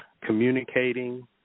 communicating